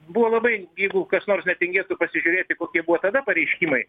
buvo labai jeigu kas nors netingėtų pasižiūrėti kokie buvo tada pareiškimai